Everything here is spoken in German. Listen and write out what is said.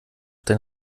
dein